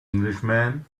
englishman